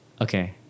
Okay